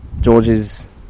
George's